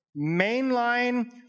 mainline